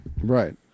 Right